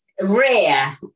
rare